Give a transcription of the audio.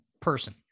person